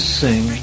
sing